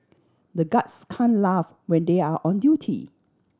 the guards can laugh when they are on duty